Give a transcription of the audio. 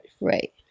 Right